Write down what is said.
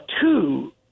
two